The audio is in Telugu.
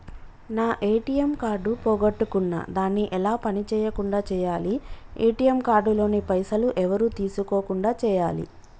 నా ఏ.టి.ఎమ్ కార్డు పోగొట్టుకున్నా దాన్ని ఎలా పని చేయకుండా చేయాలి ఏ.టి.ఎమ్ కార్డు లోని పైసలు ఎవరు తీసుకోకుండా చేయాలి?